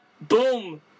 boom